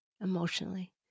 emotionally